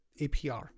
APR